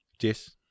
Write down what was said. Yes